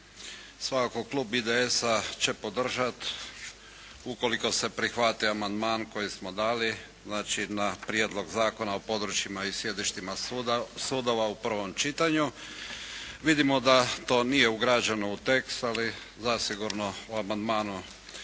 svakako klub IDS-a će podržat, ukoliko se prihvati amandman koji smo dali, znači na Prijedlog Zakona o područjima i sjedištima sudova u prvom čitanju. Vidimo da to nije ugrađeno u tekst, ali zasigurno u amandmanu